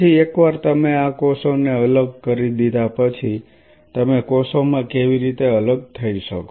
પછી એકવાર તમે આ કોષોને અલગ કરી દીધા પછી તમે કોષોમાં કેવી રીતે અલગ થઈ શકો